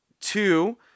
two